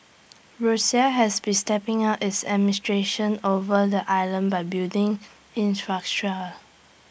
Russia has been stepping up its administration over the islands by building